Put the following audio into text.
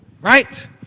right